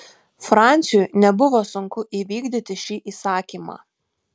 franciui nebuvo sunku įvykdyti šį įsakymą